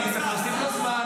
כי אני צריך להוסיף לו זמן.